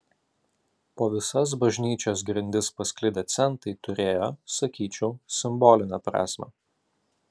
po visas bažnyčios grindis pasklidę centai turėjo sakyčiau simbolinę prasmę